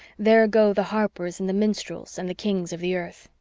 there go the harpers and the minstrels and the kings of the earth.